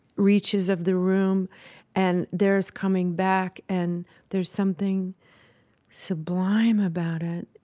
reaches of the room and theirs coming back. and there's something sublime about it,